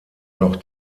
noch